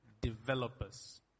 developers